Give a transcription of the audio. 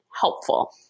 helpful